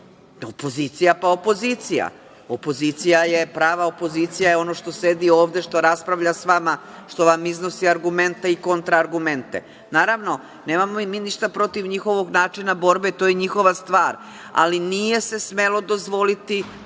Opozicija, pa opozicija. Opozicija prava je ono što sedi ovde, što raspravlja sa vama, što vam iznosi argumente i kontraargumente. Naravno, nemamo mi ništa protiv njihovog način borbe, to je njihova stvar, ali nije se smelo dozvoliti